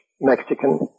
Mexican